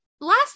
last